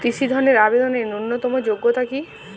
কৃষি ধনের আবেদনের ন্যূনতম যোগ্যতা কী?